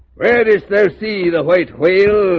where is there see the white whale?